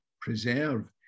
preserve